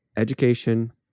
Education